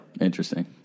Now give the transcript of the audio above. Interesting